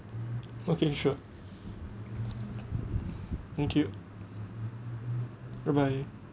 okay sure thank you bye bye